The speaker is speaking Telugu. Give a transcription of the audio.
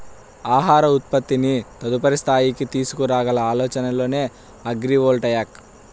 ఆహార ఉత్పత్తిని తదుపరి స్థాయికి తీసుకురాగల ఆలోచనే అగ్రివోల్టాయిక్